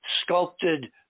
sculpted